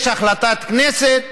יש החלטת כנסת,